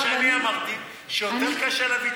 היא רוצה להגיד שאני אמרתי שיותר קשה להביא